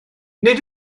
nid